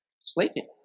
Sleeping